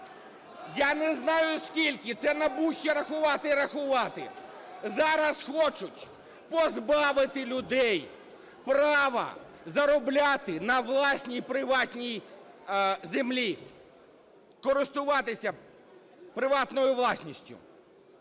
я не знаю, скільки, це НАБУ ще рахувати і рахувати, зараз хочуть позбавити людей права заробляти на власній, приватній землі, користуватися приватною власністю.